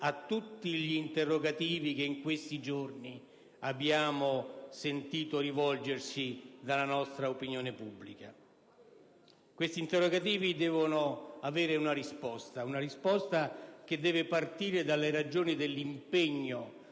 a tutti gli interrogativi che in questi giorni abbiamo sentito rivolgerci dall'opinione pubblica. Questi interrogativi devono avere una risposta che deve partire dalle ragioni dell'impegno